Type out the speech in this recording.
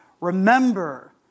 Remember